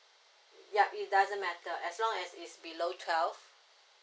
yup it doesn't matter as long as it's below twelve